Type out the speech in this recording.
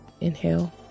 Inhale